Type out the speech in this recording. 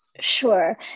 Sure